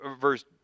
verse